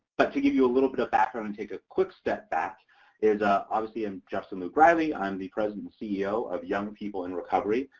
but to give you a little bit of background and take a quick step back is ah obviously i'm justin luke riley. i'm the president ceo of young people in recovery.